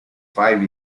five